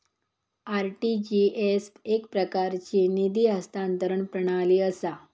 RTGS एकप्रकारची निधी हस्तांतरण प्रणाली असा